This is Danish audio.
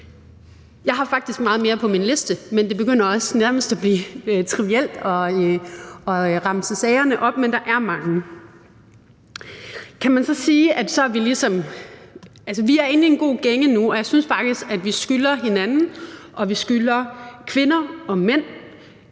Jeg har faktisk meget mere på min liste, men det begynder nærmest også at blive trivielt at remse sagerne op. Men der er mange. Vi er inde i en god gænge nu, og jeg synes faktisk, at vi skylder hinanden og vi skylder kvinder og mænd,